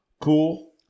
Cool